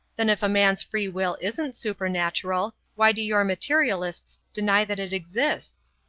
then if a man's free will isn't supernatural, why do your materialists deny that it exists?